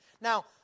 Now